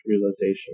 realization